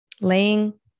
laying